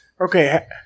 okay